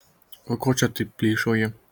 o ko čia taip plyšauji